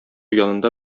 янында